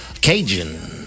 Cajun